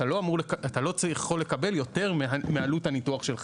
אתה לא צריך לקבל יותר מעלות הניתוח שלך,